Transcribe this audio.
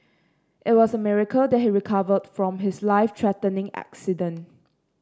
it was a miracle that he recovered from his life threatening accident